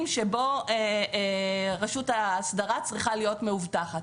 שבהם רשות האסדרה צריכה להיות מאובטחת.